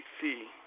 see